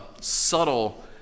subtle